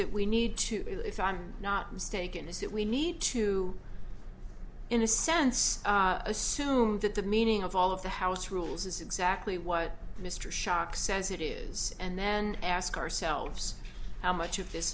that we need to it's i'm not mistaken is that we need to in a sense assumed that the meaning of all of the house rules is exactly what mr schock says it is and then ask ourselves how much of this